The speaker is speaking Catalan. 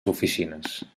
oficines